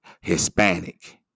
Hispanic